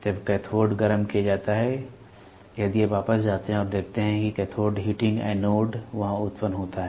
जब कैथोड गरम किया जाता है यदि आप वापस जाते हैं और देखते हैं कि कैथोड हीटिंग एनोड वहाँ उत्पन्न होता है